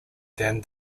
than